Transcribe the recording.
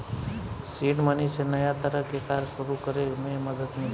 seed money से नया तरह के कार्य सुरू करे में मदद मिलता